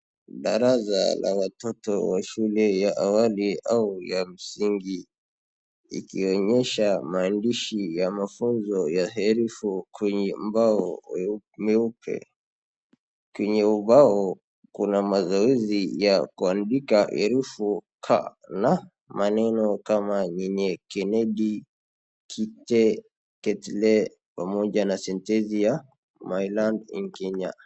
Darasa la watooto wa shule ya awali au ya msingi. Ikionyesha maandishi ya mafunzo ya herufi kwenye ubao mweupe. Kwenye ubao kuna mazoezi ya kuandika herufi 'ka' na maneno kama Kenedy , kile, ketle pamoja na sentesi ya My land is kenya .